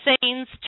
scenes